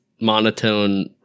monotone